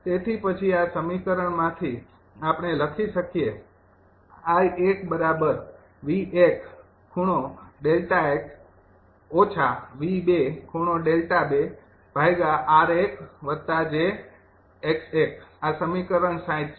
તેથી પછી આ સમીકરણમાંથી આપણે લખી શકીએ આ સમીકરણ ૬૦ છે